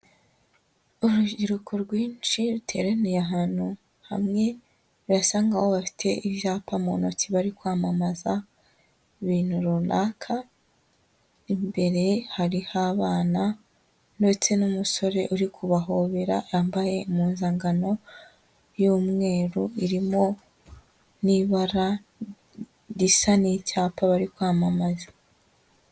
Urubyiruko rwinshi ruteraniye ahantu hamwe, birasa nkaho bafite ibyapa mu ntoki bari kwamamaza ibintu runaka, imbere hariho abana ndetse n'umusore uri kubahobera wambaye impuzankano y'umweru irimo n'ibara risa n'icyapa bari kwamamaza.